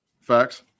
Facts